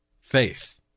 Faith